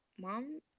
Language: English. mom